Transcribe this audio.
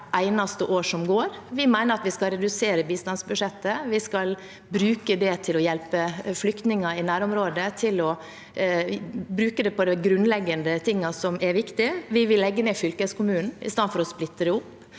Vi mener at vi skal redusere bistandsbudsjettet, og vi skal bruke det til å hjelpe flyktninger i nærområdene med de grunnleggende tingene som er viktige. Vi vil legge ned fylkeskommunene i stedet for å splitte dem opp.